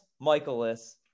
Michaelis